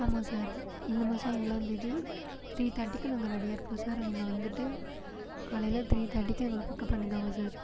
ஆமாம் சார் இந்த மாதம் ஏழாந்தேதி த்ரீ தேர்டிக்கு நாங்கள் ரெடியாக இருக்கிறோம் சார் நீங்கள் வந்துட்டு காலையில் த்ரீ தேர்டிக்கு எங்களை பிக்கப் பண்ணிக்கோங்க சார்